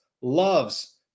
loves